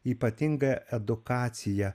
ypatinga edukacija